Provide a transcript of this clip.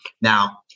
Now